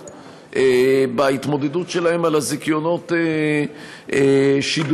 בהתמודדות שלהן על זיכיונות השידור.